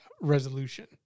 Resolution